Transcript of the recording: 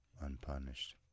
unpunished